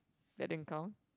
that didn't count